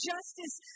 Justice